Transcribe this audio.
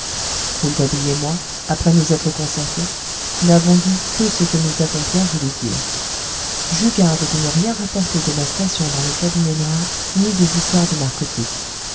rouletabille et moi après nous être concertés n'avons dit que ce que nous avons bien voulu dire j'eus garde de rien rapporter de ma station dans le cabinet noir ni des histoires de narcotique